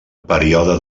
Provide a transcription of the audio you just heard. període